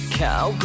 cow